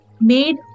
made